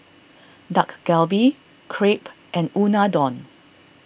Dak Galbi Crepe and Unadon